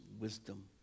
wisdom